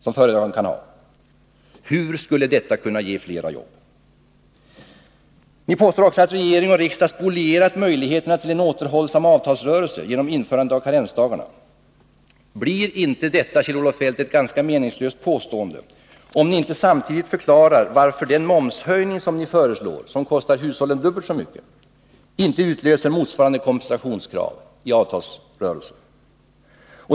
Hur skulle detta kunna ge fler jobb? Ni påstår att regering och riksdag spolierat möjligheterna till en återhållsam avtalsrörelse genom införandet av karensdagar. Blir inte detta ett ganska meningslöst påstående om ni inte samtidigt förklarar varför den momshöjning ni föreslår, som kostar hushållen dubbelt så mycket, inte utlöser motsvarande kompensationskrav i avtalsrörelsen?